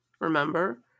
Remember